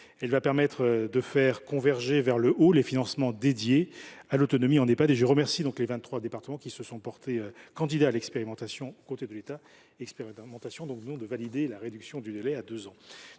Elle permettra de faire converger vers le haut les financements consacrés à l’autonomie en Ehpad. Je remercie les vingt trois départements qui se sont portés candidats à l’expérimentation aux côtés de l’État, expérimentation dont nous venons de valider la réduction du délai à deux ans.